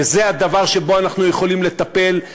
וזה הדבר שבו אנחנו יכולים לטפל,